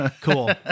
Cool